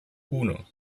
uno